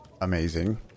amazing